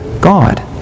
God